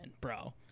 bro